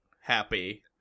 happy